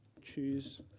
choose